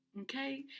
Okay